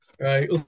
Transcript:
right